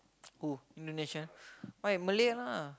who Indonesian why Malay lah